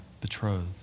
betrothed